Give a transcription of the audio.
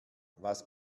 was